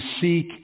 seek